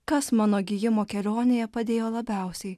kas mano gijimo kelionėje padėjo labiausiai